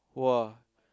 !wah!